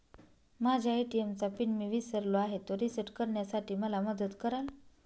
माझ्या ए.टी.एम चा पिन मी विसरलो आहे, तो रिसेट करण्यासाठी मला मदत कराल?